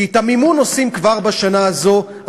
כי את המימון עושים כבר בשנה הזאת,